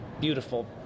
beautiful